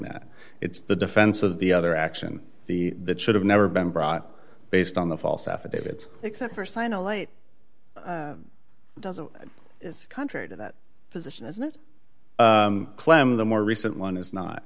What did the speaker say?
that it's the defense of the other action the that should have never been brought based on the false affidavit except for sign a late doesn't is contrary to that position is a claim of the more recent one is not